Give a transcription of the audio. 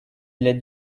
для